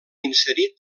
inserit